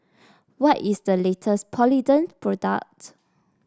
what is the latest Polident product